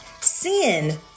Sin